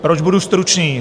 Proč budu stručný?